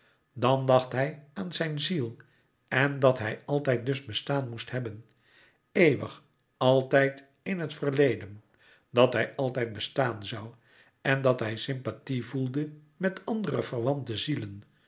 dan dacht hij aan zijn ziel en dat hij altijd dus bestaan moest hebben eeuwig altijd in het verleden dat hij altijd bestaan zoû en dat hij sympathie voelde met andere verwante zielen